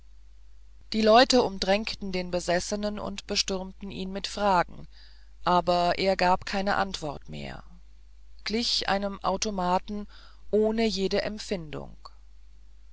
die leute umdrängten den besessenen und bestürmten ihn mit fragen aber er gab keine antwort mehr glich einem automaten ohne jede empfindung